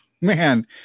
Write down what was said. man